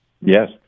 Yes